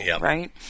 right